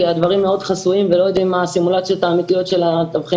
כי הדברים מאוד חסויים ולא יודעים מה הסימולציות האמיתיות של התבחינים.